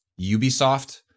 Ubisoft